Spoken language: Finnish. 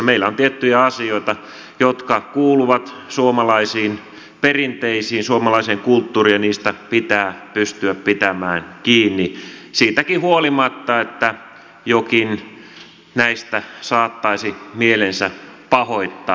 meillä on tiettyjä asioita jotka kuuluvat suomalaisiin perinteisiin suomalaiseen kulttuuriin ja niistä pitää pystyä pitämään kiinni siitäkin huolimatta että joku näistä saattaisi mielensä pahoittaa